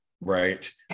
Right